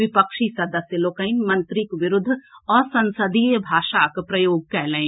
विपक्षी सदस्य लोकनि मंत्रीक विरूद्ध असंसदीय भाषाक प्रयोग कएलनि